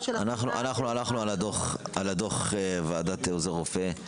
--- אנחנו הלכנו על דוח ועדת עוזר רופא,